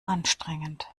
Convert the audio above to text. anstrengend